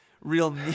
real